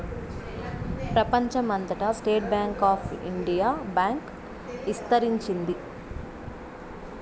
ప్రెపంచం అంతటా State Bank of India bank ఇస్తరించింది